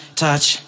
touch